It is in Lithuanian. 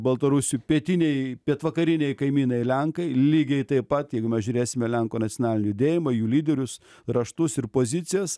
baltarusių pietiniai pietvakariniai kaimynai lenkai lygiai taip pat jeigu mes žiūrėsime lenkų nacionalinį judėjimą jų lyderius raštus ir pozicijas